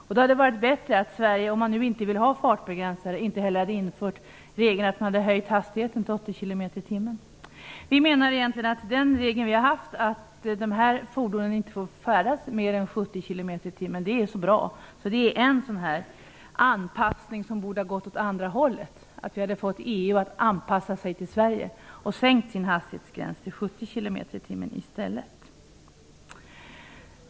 Det hade varit bättre om Sverige, om man inte vill ha fartbegränsare, inte heller hade infört regeln om höjd hastighet till 80 Den regel som vi har haft, dvs. om att dessa fordon inte får färdas mer än 70 km tim i stället.